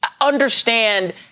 understand